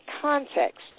context